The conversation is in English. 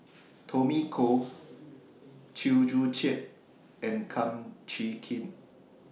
Tommy Koh Chew Joo Chiat and Kum Chee Kin